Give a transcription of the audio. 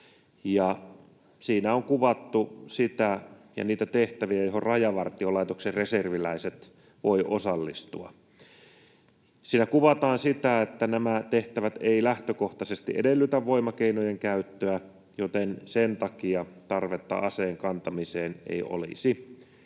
Siinä on kuvattu niitä tehtäviä, joihin Rajavartiolaitoksen reserviläiset voivat osallistua. Siinä kuvataan sitä, että nämä tehtävät eivät lähtökohtaisesti edellytä voimakeinojen käyttöä, joten sen takia tarvetta aseen kantamiseen ei olisi.